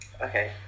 Okay